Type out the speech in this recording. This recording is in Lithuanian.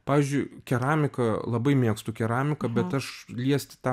pavyzdžiui keramiką labai mėgstu keramiką bet aš liesti tą